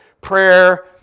prayer